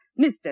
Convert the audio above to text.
Mr